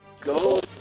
go